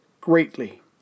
greatly